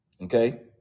Okay